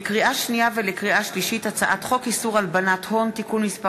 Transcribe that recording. לקריאה שנייה ולקריאה שלישית: הצעת חוק איסור הלבנת הון (תיקון מס'